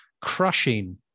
crushing